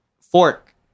fork